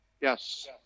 Yes